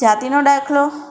જાતિનો દાખલો